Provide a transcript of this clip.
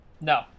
No